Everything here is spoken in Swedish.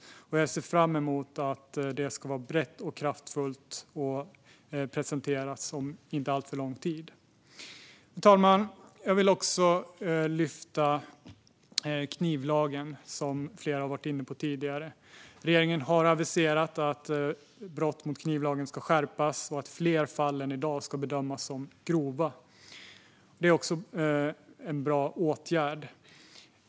Jag ser fram emot att det ska vara brett och kraftfullt och presenteras om inte alltför lång tid. Fru talman! Jag vill också lyfta fram knivlagen, som flera har varit inne på tidigare. Regeringen har aviserat att det ska bli en skärpning när det gäller brott mot knivlagen och att fler fall än i dag ska bedömas som grova. Det är också en bra åtgärd.